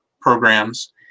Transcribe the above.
programs